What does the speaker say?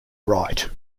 right